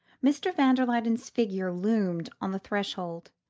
mr. van der luyden's figure loomed on the threshold,